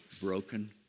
broken